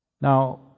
Now